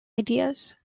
ideas